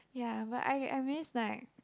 ya but I I miss like